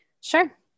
Sure